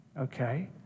okay